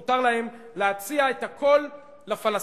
מותר להם להציע את הכול לפלסטינים.